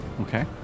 Okay